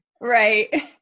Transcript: Right